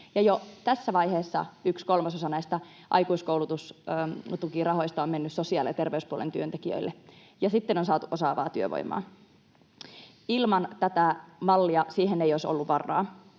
jo tässä vaiheessa yksi kolmasosa näistä aikuiskoulutustukirahoista on mennyt sosiaali- ja terveyspuolen työntekijöille ja sitten on saatu osaavaa työvoimaa. Ilman tätä mallia siihen ei olisi ollut varaa.